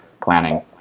planning